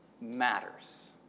matters